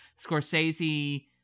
scorsese